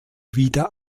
wieder